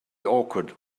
awkward